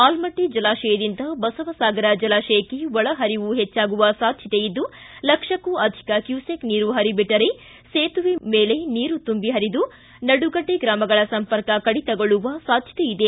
ಆಲಮಟ್ಟಿ ಜಲಾಶಯದಿಂದ ಬಸವ ಸಾಗರ ಜಲಾಶಯಕ್ಕೆ ಒಳ ಪರಿವು ಹೆಚ್ಚಾಗುವ ಸಾಧ್ಯತೆ ಇದ್ದು ಲಕ್ಷಕ್ಕೂ ಅಧಿಕ ಕ್ಯೂಸೆಕ್ ನೀರು ಪರಿಬಿಟ್ಟರೆ ಸೇತುವೆ ಮೇಲೆ ನೀರು ತುಂಬಿ ಪರಿದು ನಡುಗಡ್ಡೆ ಗ್ರಾಮಗಳ ಸಂಪರ್ಕ ಕಡಿತಗೊಳ್ಳುವ ಸಾಧ್ಯತೆಯಿದೆ